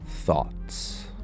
Thoughts